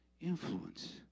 influence